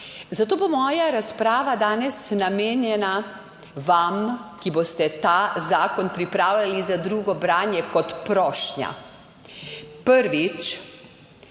zato bo moja razprava danes namenjena vam, ki boste ta zakon pripravljali za drugo branje kot prošnja. Prvič,